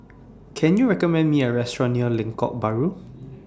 Can YOU recommend Me A Restaurant near Lengkok Bahru